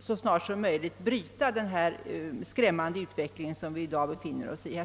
så snart som möjligt bryta den skrämmande utveckling som vi i dag befinner oss i.